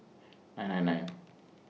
nine hundred nine